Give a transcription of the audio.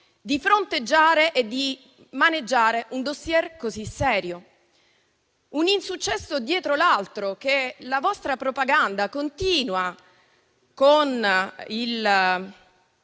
di fronteggiare e di maneggiare un *dossier* così serio. Un insuccesso dietro l'altro, ma la vostra propaganda continua, con